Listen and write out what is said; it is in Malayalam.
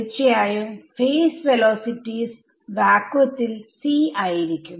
തീർച്ചയായും ഫേസ് വെലോസിറ്റീസ്വാക്വത്തിൽ c ആയിരിക്കും